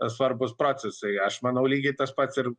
svarbūs procesai aš manau lygiai tas pats ir